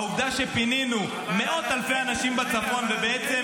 העובדה שפינינו מאות אלפי אנשים בצפון ובעצם